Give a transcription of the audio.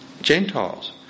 Gentiles